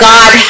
God